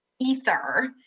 ether